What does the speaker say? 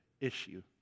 issue